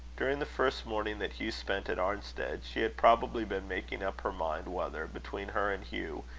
during the first morning that hugh spent at arnstead, she had probably been making up her mind whether, between her and hugh,